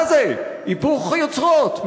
מה זה, היפוך היוצרות.